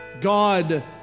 God